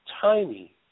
tiny